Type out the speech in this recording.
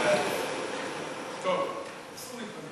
ההצעה לכלול